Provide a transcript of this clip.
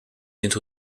into